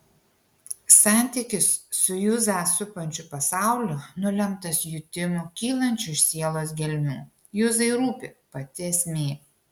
santykis su juzą supančiu pasauliu nulemtas jutimų kylančių iš sielos gelmių juzai rūpi pati esmė